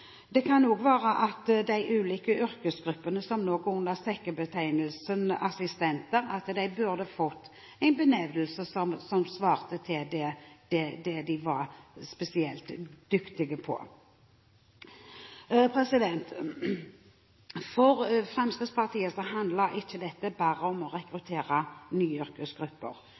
Det kan f.eks. også være at de ulike yrkesgruppene som nå går under sekkebetegnelsen «assistenter», burde få en benevnelse som svarer til det de er spesielt dyktige i. For Fremskrittspartiet handler dette ikke bare om å rekruttere nye yrkesgrupper.